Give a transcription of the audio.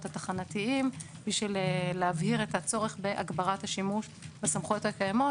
התחנתיים בשביל להבהיר את הצורך בהגברת השימוש בסמכויות הקיימות.